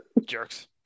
Jerks